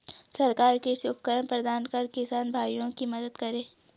सरकार कृषि उपकरण प्रदान कर किसान भाइयों की मदद करें